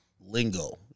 Lingo